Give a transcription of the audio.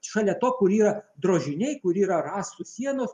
šalia to kur yra drožiniai kur yra rąstų sienos